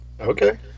Okay